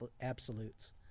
absolutes